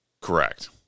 correct